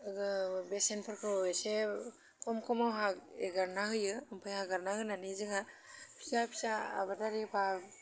बेसेनफोरखौ एसे खम खमाव एगारना होयो ओमफ्राय एगारना होनानै जोंहा फिसा फिसा आबादारि बा